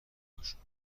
بپوشون